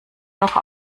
noch